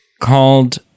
called